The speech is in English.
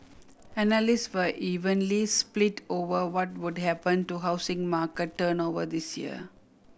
analysts were evenly split over what would happen to housing market turnover this year